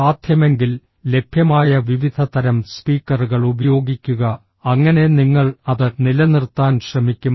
സാധ്യമെങ്കിൽ ലഭ്യമായ വിവിധ തരം സ്പീക്കറുകൾ ഉപയോഗിക്കുക അങ്ങനെ നിങ്ങൾ അത് നിലനിർത്താൻ ശ്രമിക്കും